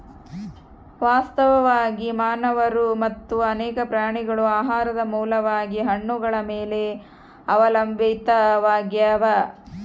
ವಾಸ್ತವವಾಗಿ ಮಾನವರು ಮತ್ತು ಅನೇಕ ಪ್ರಾಣಿಗಳು ಆಹಾರದ ಮೂಲವಾಗಿ ಹಣ್ಣುಗಳ ಮೇಲೆ ಅವಲಂಬಿತಾವಾಗ್ಯಾವ